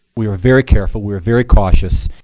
we were very careful. we were very cautious.